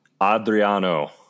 Adriano